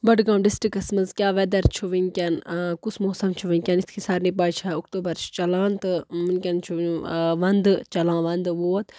بَڈگام ڈِسٹِرٛکَس منٛز کیٛاہ وٮ۪دَر چھُ وٕنۍکٮ۪ن کُس موسَم چھِ وٕنۍکٮ۪ن یِتھ کَنۍ سارنی پَے چھےٚ اوٚکتوٗبَر چھِ چَلان تہٕ وٕنۍکٮ۪ن چھُ وَندٕ چَلان وَندٕ ووت